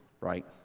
right